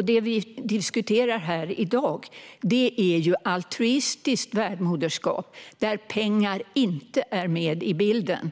I dag diskuterar vi altruistiskt värdmoderskap, där pengar inte finns med i bilden.